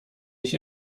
ich